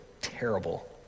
terrible